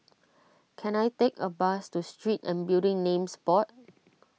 can I take a bus to Street and Building Names Board